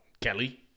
Kelly